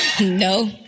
no